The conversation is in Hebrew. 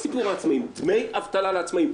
סיפור העצמאים אלא על דמי אבטלה לעצמאים.